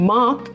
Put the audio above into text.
Mark